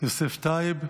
יוסף טייב.